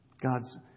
God's